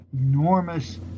enormous